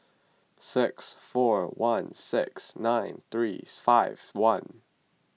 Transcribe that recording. six four one six nine three five one